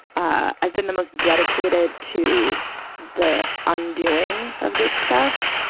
i've been the most dedicated to the undoing of this stuff,